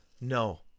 No